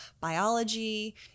biology